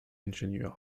ingenieur